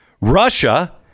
Russia